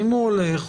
הוא הולך,